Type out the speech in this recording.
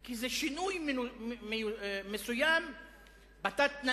כי זה שינוי מסוים בתת-תנאים,